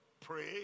Pray